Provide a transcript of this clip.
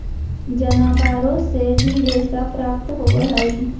जनावारो से भी रेशा प्राप्त होवऽ हई